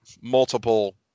multiple